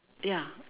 ya